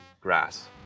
grass